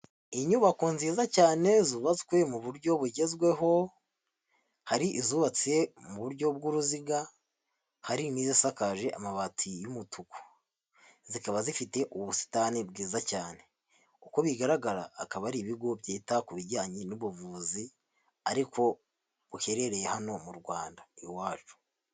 Inyubako nziza cyane zubatswe mu buryo bugezweho, hari izubatse mu buryo bw'uruziga, hari n'izisakaje amabati y'umutuku, zikaba zifite ubusitani bwiza cyane, uko bigaragara akaba ari ibigo byita ku bijyanye n'ubuvuzi ariko buherereye hano mu Rwanda iwacu.